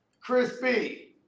crispy